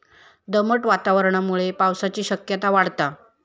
दमट वातावरणामुळे पावसाची शक्यता वाढता